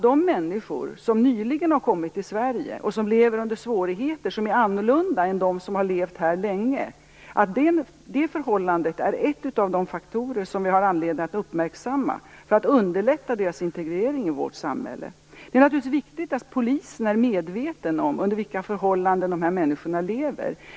De människor som nyligen har kommit till Sverige har andra svårigheter än de människor som har levt här länge. Det förhållandet är självfallet en av de faktorer som vi har anledning att uppmärksamma när det gäller att underlätta dessa människors integrering i vårt samhälle. Det är naturligtvis viktigt att Polisen är medveten om vilka förhållanden dessa människor lever under.